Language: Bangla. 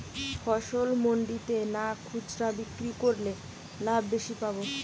ফসল মন্ডিতে না খুচরা বিক্রি করলে লাভ বেশি পাব?